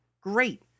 Great